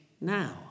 now